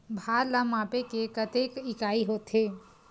भार ला मापे के कतेक इकाई होथे?